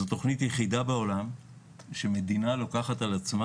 זו תוכנית יחידה בעולם שמדינה לוקחת על עצמה